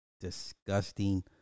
disgusting